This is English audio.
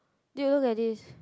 dear you look at this